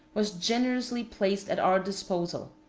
was generously placed at our disposal,